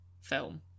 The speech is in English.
film